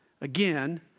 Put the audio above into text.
Again